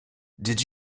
did